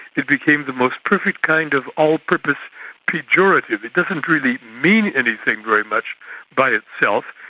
it became the most perfect kind of all-purpose pejorative. it doesn't really mean anything very much by itself,